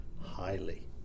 highly